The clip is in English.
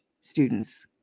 students